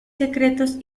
secretos